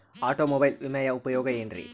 Automobile ವಿಮೆಯ ಉಪಯೋಗ ಏನ್ರೀ?